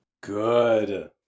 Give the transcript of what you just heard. Good